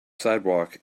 sidewalk